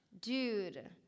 Dude